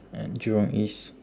at jurong east